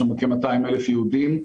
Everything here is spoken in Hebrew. יש לנו כ-200,000 יהודים.